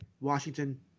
Washington